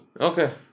okay